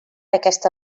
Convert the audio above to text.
aquesta